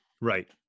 right